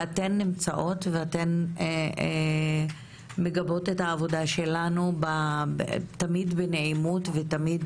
זה שאתן נמצאות ואתן מגבות את העבודה שלנו תמיד בנעימות ותמיד